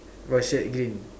what shirt green